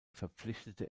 verpflichtete